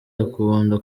akunda